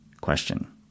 Question